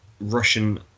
Russian